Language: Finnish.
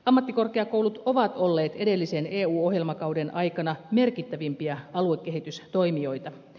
ammattikorkeakoulut ovat olleet edellisen eu ohjelmakauden aikana merkittävimpiä aluekehitystoimijoita